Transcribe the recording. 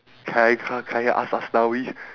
kai k~ kai as~ aslawi